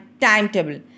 timetable